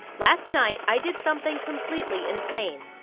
last night i did something completely insane.